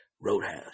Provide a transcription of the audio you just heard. Roadhouse